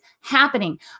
happening